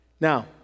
Now